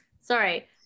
sorry